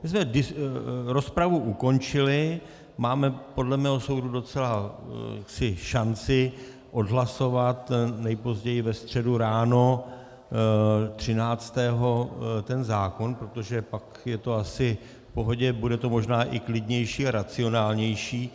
My jsme rozpravu ukončili, máme podle mého soudu docela šanci odhlasovat nejpozději ve středu ráno 13. 7. ten zákon, protože pak je to asi v pohodě, bude to možná i klidnější a racionálnější.